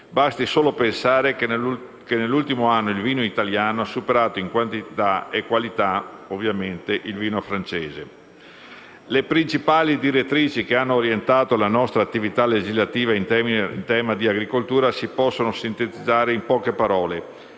basti solo pensare che nell'ultimo anno il vino italiano ha superato in quantità e in qualità il vino francese. Le principali direttrici che hanno orientato la nostra attività legislativa in tema di agricoltura si possono sintetizzare in poche parole: